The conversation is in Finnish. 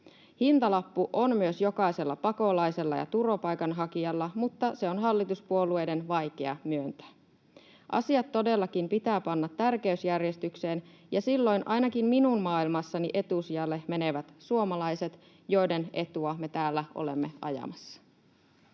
Hintalappu on myös jokaisella pakolaisella ja turvapaikanhakijalla, mutta sitä on hallituspuolueiden vaikea myöntää. Asiat todellakin pitää panna tärkeysjärjestykseen, ja silloin ainakin minun maailmassani etusijalle menevät suomalaiset, joiden etua me täällä olemme ajamassa.